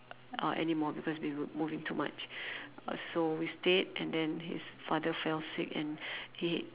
uh anymore because we were moving too much uh so we stayed and then his father fell sick and he